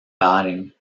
batting